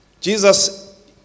Jesus